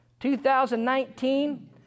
2019